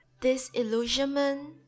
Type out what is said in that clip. disillusionment